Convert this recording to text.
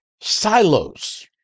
silos